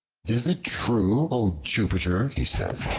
is true, o jupiter! he said,